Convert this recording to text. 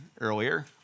earlier